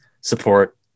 support